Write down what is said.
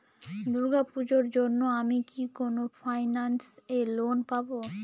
দূর্গা পূজোর জন্য আমি কি কোন ফাইন্যান্স এ লোন পাবো?